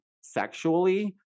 sexually